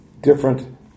different